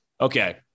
Okay